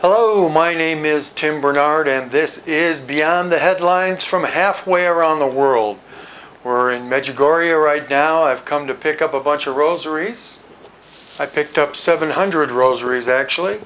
hello my name is tim bernard and this is beyond the headlines from halfway around the world were in major gorier i down i've come to pick up a bunch of rosaries i picked up seven hundred rosaries actually